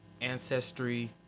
ancestry